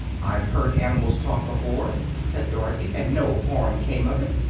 i've heard animals talk before, said dorothy, and no harm came of it.